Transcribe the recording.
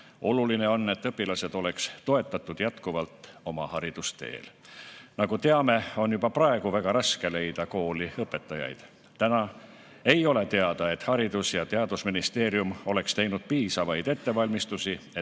Oluline on, et õpilased oleks toetatud jätkuvalt oma haridusteel. Nagu me teame on juba praegu väga raske leida kooli õpetajaid. Täna ei ole teada, et haridus- ja teadusministeerium oleks teinud piisavaid ettevalmistusi, et tagada